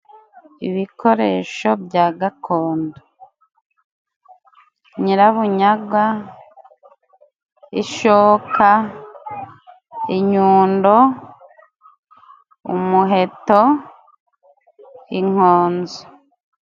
ibikoresho bya gakondo:" Nyirabunyagwa, ishoka inyundo, umuheto, inkonzo".